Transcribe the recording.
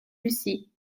lucie